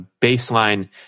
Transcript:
baseline